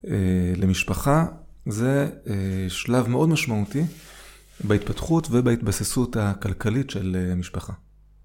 למשפחה זה שלב מאוד משמעותי בהתפתחות ובהתבססות הכלכלית של משפחה.